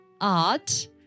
art